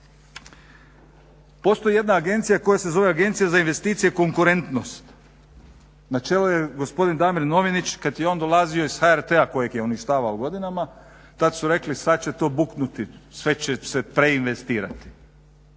Postoji jedna agencija koja se zove Agencija za investicije i konkurentnost. Na čelu je gospodin Damir Novinić. Kad je on dolazio iz HRT-a kojeg je uništavao godinama tad su rekli sad će to buknuti, sve će se preinvestirati.